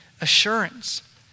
assurance